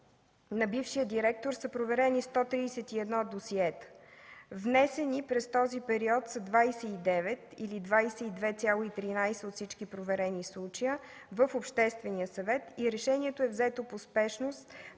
на бившия директор са проверени 131 досиета. Внесени през този период са 29 случая, или 22,13% от всички проверени, в Обществения съвет и решението е взето по спешност